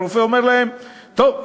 והרופא אומר להם: טוב,